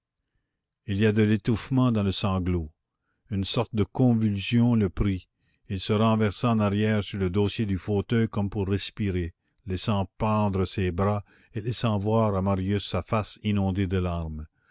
il y a de l'étouffement dans le sanglot une sorte de convulsion le prit il se renversa en arrière sur le dossier du fauteuil comme pour respirer laissant pendre ses bras et laissant voir à marius sa face inondée de larmes